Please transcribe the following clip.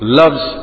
loves